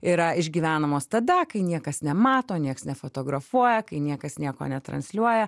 yra išgyvenamos tada kai niekas nemato nieks nefotografuoja kai niekas nieko netransliuoja